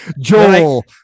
Joel